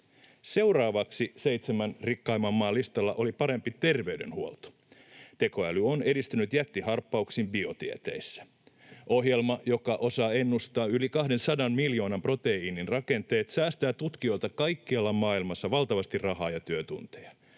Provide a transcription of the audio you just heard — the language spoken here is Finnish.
Seuraavaksi seitsemän rikkaimman maan listalla oli parempi terveydenhuolto. Tekoäly on edistynyt jättiharppauksin biotieteissä. Ohjelma, joka osaa ennustaa yli 200 miljoonan proteiinin rakenteet, säästää tutkijoilta kaikkialla maailmassa valtavasti rahaa ja työtunteja.